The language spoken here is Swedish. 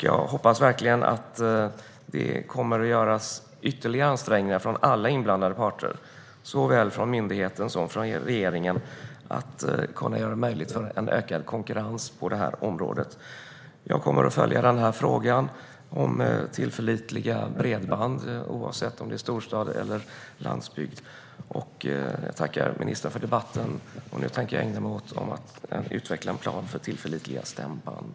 Jag hoppas verkligen att alla inblandade parter - såväl myndigheten som regeringen - kommer att göra ytterligare ansträngningar för ökad konkurrens på området. Jag kommer att följa frågan om tillförlitliga bredband, oavsett om det är i storstad eller på landsbygd. Jag tackar ministern för debatten. Nu tänker jag ägna mig åt att utveckla en plan för tillförlitliga stämband.